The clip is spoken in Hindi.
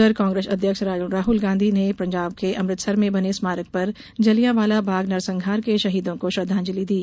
उधर कांग्रेस अध्यक्ष राहुल गांधी ने पंजाब के अमृतसर में बने स्मारक पर जलियांवाला बाग नरसंहार के शहीदों को श्रद्वांजलि दी